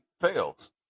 fails